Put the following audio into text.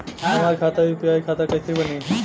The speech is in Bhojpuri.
हमार खाता यू.पी.आई खाता कइसे बनी?